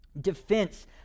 defense